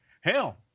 hell